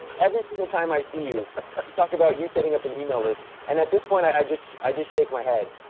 every single time i see you, you talk about you setting up an email list and at this point i just i just shake my head,